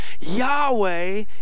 Yahweh